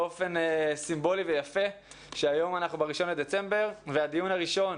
באופן סימבולי ויפה שהיום אנחנו ב-1.12 והדיון הראשון